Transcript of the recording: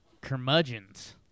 curmudgeons